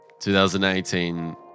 2018